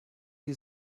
die